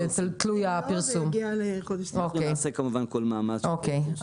אנחנו נעשה כמובן כל מאמץ שזה יפורסם.